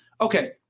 Okay